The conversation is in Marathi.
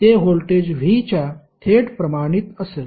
ते व्होल्टेज V च्या थेट प्रमाणित असेल